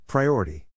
Priority